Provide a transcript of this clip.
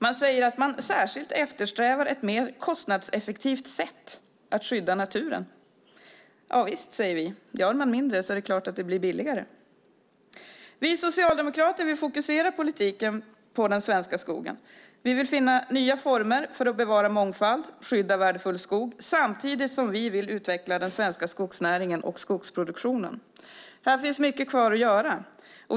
Man säger att man särskilt eftersträvar ett mer kostnadseffektivt sätt att skydda naturen. Javisst, säger vi. Gör man mindre är det klart att det bli billigare. Vi socialdemokrater fokuserar politiken på den svenska skogen. Vi vill finna nya former för att bevara mångfald, skydda värdefull skog samtidigt som vi vill utveckla den svenska skogsnäringen och skogsproduktionen. Här finns mycket kvar att göra.